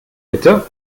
bitte